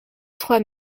trois